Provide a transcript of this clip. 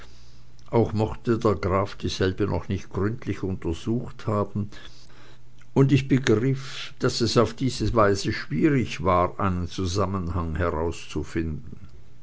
auch mochte der graf dieselbe noch nicht gründlich untersucht haben und ich begriff daß auf diese weise es schwierig war einen zusammenhang herauszufinden